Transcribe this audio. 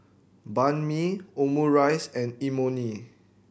Banh Mi Omurice and Imoni